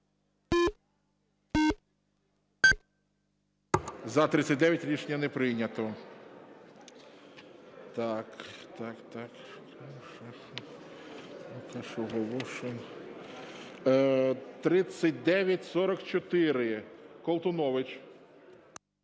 За-39 Рішення не прийнято. 3944, Колтунович.